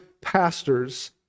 pastors